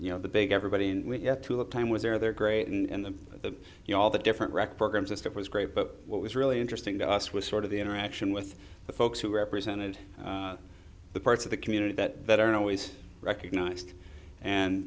you know the big everybody and we get through the time with their they're great and the you know all the different rec programs and stuff was great but what was really interesting to us was sort of the interaction with the folks who represented the parts of the community that aren't always recognized and